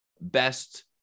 best